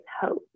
hope